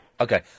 Okay